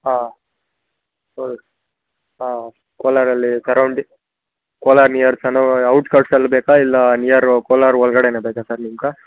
ಹಾಂ ಹೌದು ಹಾಂ ಕೋಲಾರಲ್ಲಿ ಸರೌಂಡಿ ಕೋಲಾರ ನಿಯರ್ ಸನೂ ಔಟ್ಕಟ್ಸ್ ಅಲ್ಲಿ ಬೇಕಾ ಇಲ್ಲಾ ನಿಯರು ಕೋಲಾರ ಒಳಗಡೆನೆ ಬೇಕಾ ಸರ್ ನಿಮ್ಗೆ